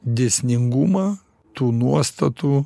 dėsningumą tų nuostatų